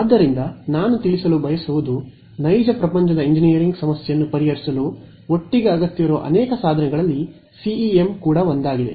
ಆದ್ದರಿಂದ ನಾನು ತಿಳಿಸಲು ಬಯಸುವುದು ನೈಜ ಪ್ರಪಂಚದ ಎಂಜಿನಿಯರಿಂಗ್ ಸಮಸ್ಯೆಯನ್ನು ಪರಿಹರಿಸಲು ಒಟ್ಟಿಗೆ ಅಗತ್ಯವಿರುವ ಅನೇಕ ಸಾಧನಗಳಲ್ಲಿ ಸಿಇಎಂ ಕೂಡ ಒಂದಾಗಿದೆ